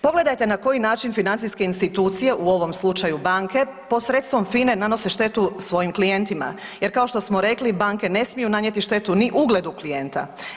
Pogledajte na koji način financijske institucije, u ovom slučaju banke posredstvom FINA-e nanose štetu svojim klijentima jer kao što smo rekli, banke ne smiju nanijeti štetu ni ugledu klijenta.